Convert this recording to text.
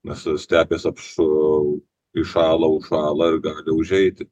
nes va stepės apšu įšąla užšąla ir gali užeiti